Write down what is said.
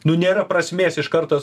nu nėra prasmės iš karto